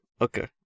Okay